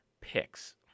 picks